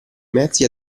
mezzi